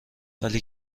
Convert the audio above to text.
ولی